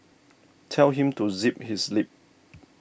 tell him to zip his lip